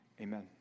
Amen